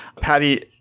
Patty